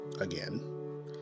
again